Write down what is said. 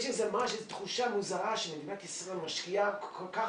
יש איזו תחושה מוזרה שמדינת ישראל משקיעה כל כך